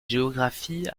géographie